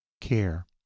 care